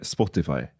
Spotify